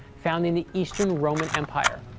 found in the eastern roman empire.